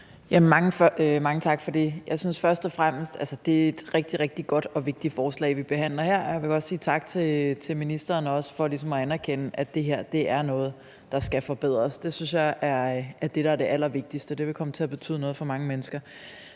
det er et rigtig, rigtig godt og vigtigt forslag, vi behandler her, og jeg vil godt sige tak til ministeren for ligesom at anerkende, at det her er noget, der skal forbedres. Det synes jeg er det, der er det allervigtigste. Det vil komme til at betyde noget for mange mennesker.